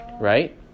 right